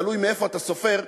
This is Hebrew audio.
תלוי ממתי אתה סופר,